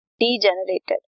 degenerated